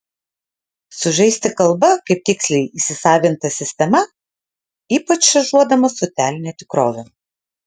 sužaisti kalba kaip tiksliai įsisavinta sistema ypač šaržuodamas socialinę tikrovę